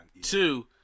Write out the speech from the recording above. Two